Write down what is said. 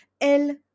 el